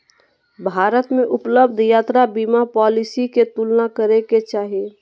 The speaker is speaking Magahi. भारत में उपलब्ध यात्रा बीमा पॉलिसी के तुलना करे के चाही